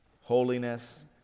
holiness